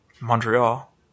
Montreal